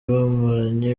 bamaranye